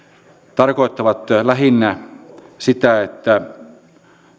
tarkoittavat lähinnä sitä että